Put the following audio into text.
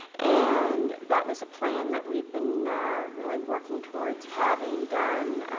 and that was a plan that we've been really working towards having done.